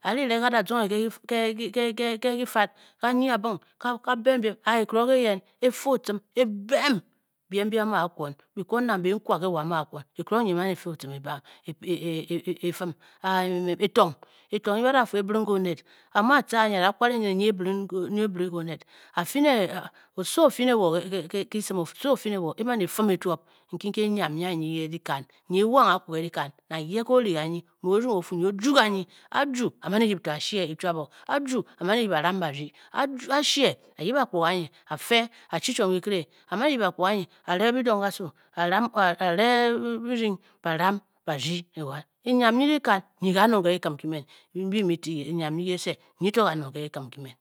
Are re ara jonen ke ke ke tefad ka ye abung ba bend ke pe ohum ken bem na bem be pa nwa nkun ke kel oye be mani pe otum eba efe wa etung niye ba fu ebleng le onel etah ye era kwale le ye brie le anel a gu ale be dong ga su aju ale be dong balamh ba gu te wan nyam le lakan niye kanon le la kel kemen mbe kanor le kekel kimen